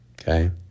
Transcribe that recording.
Okay